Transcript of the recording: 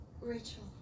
Rachel